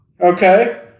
Okay